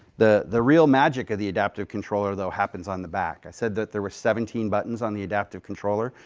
the the real magic of the adaptive controller, though, happens on the back. i said that there were seventeen buttons on the adaptive controller.